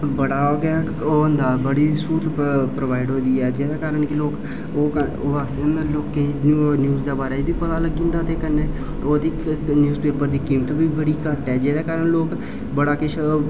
बड़ा गै ओह् होंदा बड़ी स्हूलत प्रोवाईड होई दी ऐ जेह्दे कारण कि लोक लोकें ई न्यूज़ दे बारै ई बी पता लग्गी जंदा ते कन्नै ओह्दी न्यूज़ पेपर दी कीमत बी बड़ी घट्ट ऐ जेह्दे कारण लोक बड़ा किश